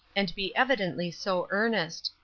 and be evidently so earnest.